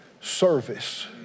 service